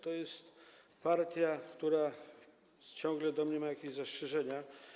To jest partia, która ciągle ma do mnie jakieś zastrzeżenia.